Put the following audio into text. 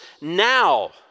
now